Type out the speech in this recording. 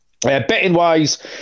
Betting-wise